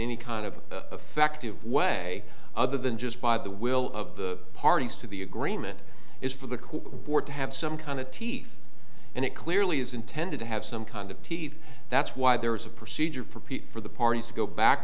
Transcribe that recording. any kind of effective way other than just by the will of the parties to the agreement is for the cold war to have some kind of teeth and it clearly is intended to have some kind of teeth that's why there is a procedure for pete for the parties to go back